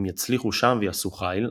אם יצליחו שם ויעשו חיל,